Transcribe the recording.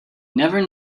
never